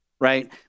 right